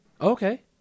Okay